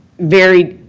very